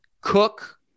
Cook